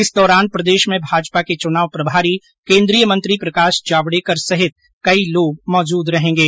इस दौरान प्रदेश में भाजपा के चुनाव प्रभारी केन्द्रीय मंत्री प्रकाश जावडेकर सहित कई लोग मौजूद रहेंगे